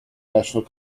national